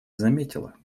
заметила